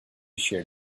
shear